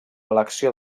elecció